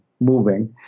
moving